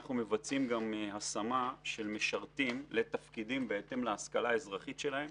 אנחנו מבצעים גם השמה של משרתים לתפקידים בהתאם להשכלה האזרחית שלהם